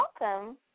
welcome